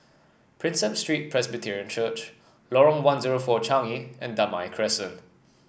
Prinsep Street Presbyterian Church Lorong one zero four Changi and Damai Crescent